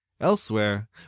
Elsewhere